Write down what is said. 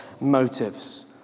motives